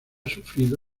sufrido